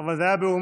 אבל זה היה בהומור,